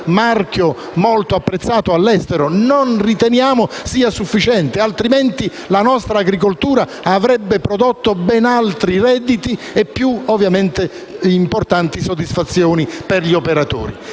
marchio molto apprezzato all'estero, ma non riteniamo sia sufficiente, altrimenti la nostra agricoltura avrebbe prodotto ben altri redditi e più importanti soddisfazioni per gli operatori.